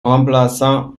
remplaçant